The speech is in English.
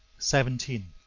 seventeen.